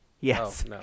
Yes